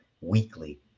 weekly